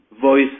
voice